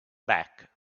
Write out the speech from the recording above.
back